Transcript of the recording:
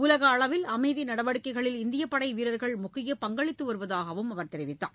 உலகளவில் அமைதி நடவடிக்கைகளில் இந்தியப் படை வீரர்கள் முக்கிய பங்களித்து வருவதாகவும் அவர் தெரிவித்தார்